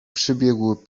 przybiegł